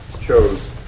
chose